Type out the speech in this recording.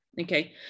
Okay